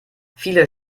viele